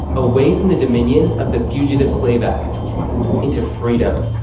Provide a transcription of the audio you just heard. away from the dominion of the fugitive slave act into freedom,